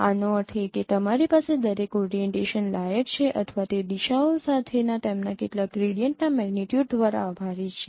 આનો અર્થ એ કે તમારી પાસે દરેક ઓરીએન્ટેશન લાયક છે અથવા તે દિશાઓ સાથેના તેમના કેટલાક ગ્રેડિયન્ટના મેગ્નીટ્યુડ દ્વારા આભારી છે